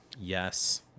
yes